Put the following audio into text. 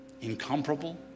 Incomparable